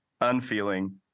unfeeling